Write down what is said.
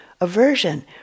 aversion